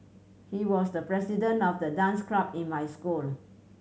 he was the president of the dance club in my school